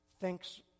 thinks